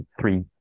three